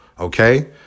Okay